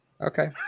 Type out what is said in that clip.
Okay